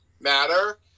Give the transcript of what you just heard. matter